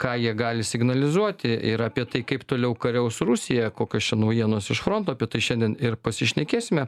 ką jie gali signalizuoti ir apie tai kaip toliau kariaus rusija kokios čia naujienos iš fronto apie tai šiandien ir pasišnekėsime